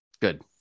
Good